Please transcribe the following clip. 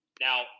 Now